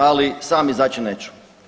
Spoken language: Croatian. Ali sam izaći neću.